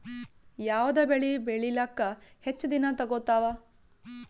ಯಾವದ ಬೆಳಿ ಬೇಳಿಲಾಕ ಹೆಚ್ಚ ದಿನಾ ತೋಗತ್ತಾವ?